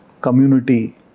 Community